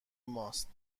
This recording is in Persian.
ماست